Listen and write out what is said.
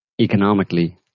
economically